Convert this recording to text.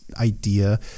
idea